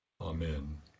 Amen